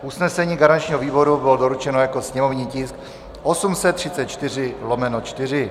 Usnesení garančního výboru bylo doručeno jako sněmovní tisk 834/4.